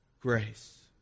Grace